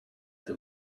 the